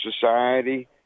society